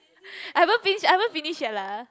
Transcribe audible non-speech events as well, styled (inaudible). (breath) I haven't finish I haven't finish yet lah